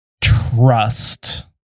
trust